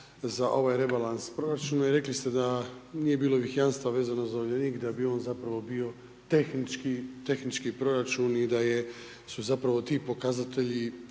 za ovaj rebalans proračuna i rekli ste da nije bilo ovih jamstava vezano za Uljanik, da bi ovo zapravo bio tehnički proračun i da zapravo ti pokazatelji